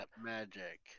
Magic